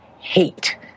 hate